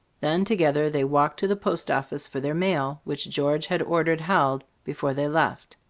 then together they walked to the post office for their mail, which george had ordered held, before they left.